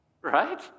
Right